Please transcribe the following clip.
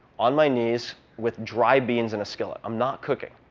on my knees with dry beans in a skillet. i'm not cooking.